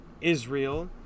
Israel